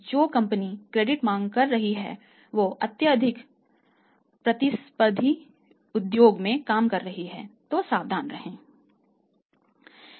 जो company credit मांग रही है वह अत्यधिक प्रतिस्पर्धी उद्योग में काम कर रही है तो सावधान रहें